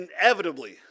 inevitably